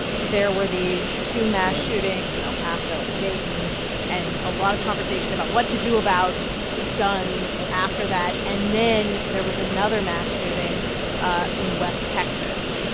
there were these two mass shootings in el paso and dayton and a lot of conversation about what to do about guns after that. and then there was another mass shooting ah in west texas.